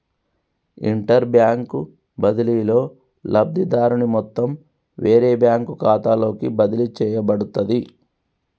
interbank బదిలీలో, లబ్ధిదారుని మొత్తం వేరే బ్యాంకు ఖాతాలోకి బదిలీ చేయబడుతది